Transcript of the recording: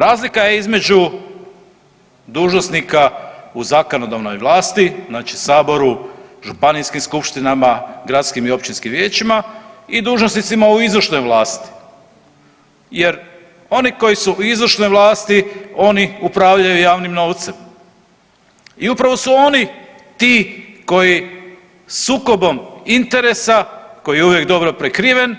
Razlika između dužnosnika u zakonodavnoj vlasti znači Saboru, županijskim skupštinama, gradskim i općinskim vijećima i dužnosnicima u izvršnoj vlasti jer oni koji su u izvršnoj vlasti oni upravljaju javnim novcem i upravo su oni ti koji sukobom interesa, koji je uvijek dobro prekriven